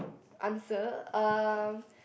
answer um